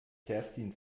kerstin